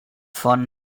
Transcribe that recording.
von